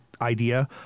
idea